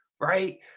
Right